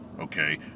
okay